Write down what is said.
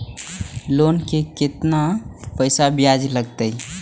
Loan के केतना पैसा ब्याज लागते?